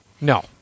No